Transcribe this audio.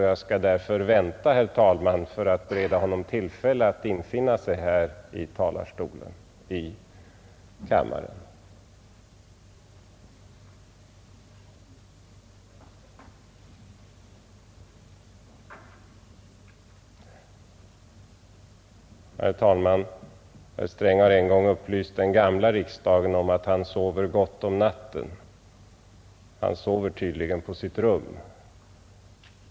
Jag skall därför vänta, herr talman, för att bereda honom tillfälle att infinna sig här i kammaren. ——— Herr talman! Herr Sträng har en gång upplyst den gamla riksdagen om att han sover gott om natten. Han sover tydligen på sitt rum.